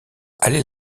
allait